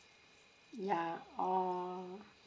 yeah oh